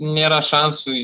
nėra šansų